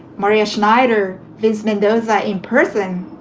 maria schneider, vince mendoza in person,